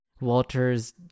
walter's